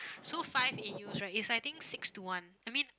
so five in Euros right is I think six to one I mean